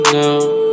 now